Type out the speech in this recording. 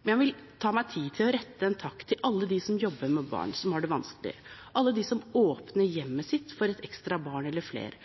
Men jeg vil ta meg tid til å rette en takk til alle dem som jobber med barn som har det vanskelig, alle dem som åpner hjemmet sitt for et ekstra barn eller flere,